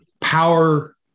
power